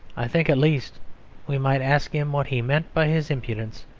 i think at least we might ask him what he meant by his impudence,